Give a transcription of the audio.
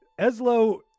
Ezlo